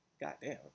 Goddamn